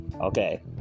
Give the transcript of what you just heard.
Okay